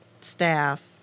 staff